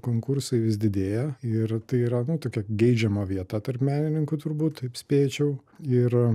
konkursai vis didėja ir tai yra tokia geidžiama vieta tarp menininkų turbūt taip spėčiau ir